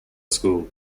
school